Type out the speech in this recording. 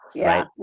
yeah, we